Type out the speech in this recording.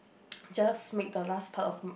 just make the last part of